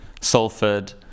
salford